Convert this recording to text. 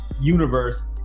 universe